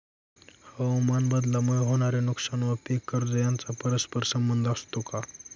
हवामानबदलामुळे होणारे नुकसान व पीक कर्ज यांचा परस्पर संबंध असतो का?